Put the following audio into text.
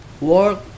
work